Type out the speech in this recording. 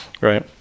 right